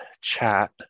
chat